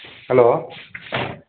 hello